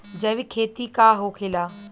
जैविक खेती का होखेला?